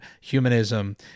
humanism